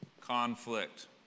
conflict